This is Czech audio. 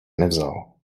nevzal